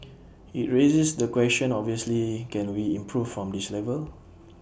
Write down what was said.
IT raises the question obviously can we improve from this level